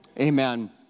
Amen